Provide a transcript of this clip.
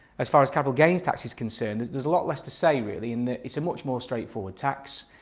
as far as capital gains tax is concerned there's a lot less to say really in that it's a much more straightforward tax.